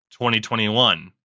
2021